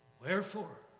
Wherefore